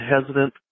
hesitant